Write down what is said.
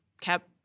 kept